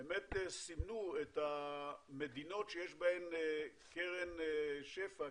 באמת סימנו את המדינות שיש בהן קרן שפע,